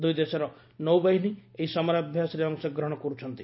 ଦୁଇଦେଶର ନୌବାହିନୀ ଏହି ସମରାଭ୍ୟାସରେ ଅଂଶଗ୍ରହଣ କରୁଛନ୍ତି